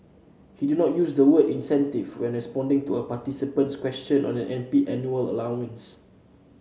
he did not use the word incentives when responding to a participant's question on an MP's annual allowance